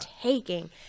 taking